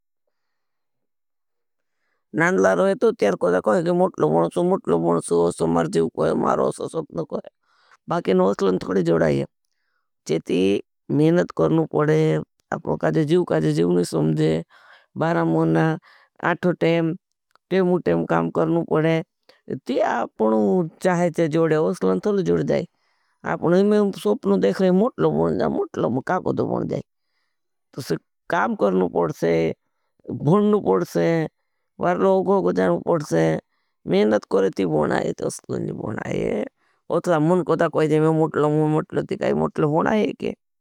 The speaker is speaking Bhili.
नान्दला रहे तो त्यार कोई दा कहा है कि मोटलों बन सो, मोटलों बन सो, अच्छा मार जीव कोई, मारों अच्छा सोपनों कोई। बाके न उसलन थोड़ी जोड़ा है। चेती मेननत करनु पड़े, अपनों काज़े जीव काज़े जीव नहीं समझे, बारा मुनना आठो टेम, टेम उटेम काम करनु पड़े। तिया अपनों चाहे जोड़े, उसलन थोड़ी जोड़ जाए। आपनों में सोपनों देख रहे, मोटलों बन जा, मोटलों का कज़े बन जाए। तो काम करनु पड़े, बननु पड़े, बारा लोगों जानु पड़े, मेंनत करती बन आए, तोस्तों जी बन आए। उतला मुन कोई जैमें मोटलों, मोटलों का काई मोटलों बन आए।